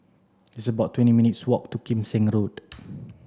it's about twenty minutes' walk to Kim Seng Road